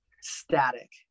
static